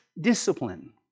discipline